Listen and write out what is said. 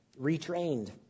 retrained